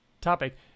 topic